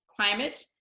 climate